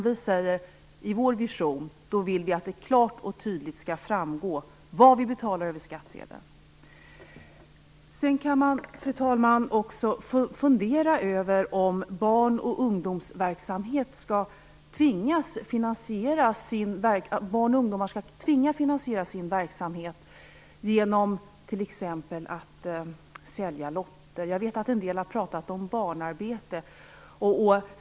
I vår vision vill vi att det klart och tydligt skall framgå vad vi betalar över skattsedeln. Fru talman! Sedan kan man också fundera över om barn och ungdomar skall tvingas finansiera sin verksamhet genom att t.ex. sälja lotter. Jag vet att en del har pratat om barnarbete.